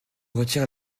retire